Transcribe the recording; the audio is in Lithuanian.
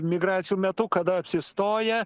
migracijų metu kada apsistoja